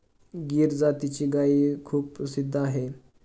गीर जातीची गायही खूप प्रसिद्ध आहे